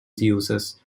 uses